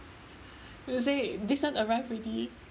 you will say this [one] arrived already